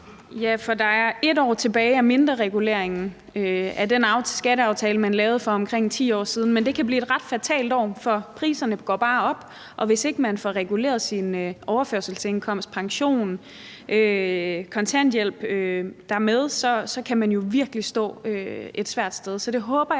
Ja, for der er et år tilbage af mindrereguleringen fra den skatteaftale, man lavede for omkring 10 år siden, men det kan blive et ret fatalt år, for priserne går bare op, og hvis ikke man får reguleret sin overførselsindkomst, sin pension eller kontanthjælp, derefter, kan man jo virkelig stå et svært sted.